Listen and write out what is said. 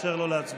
לאפשר לו להצביע.